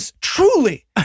Truly